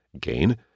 gain